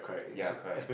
ya correct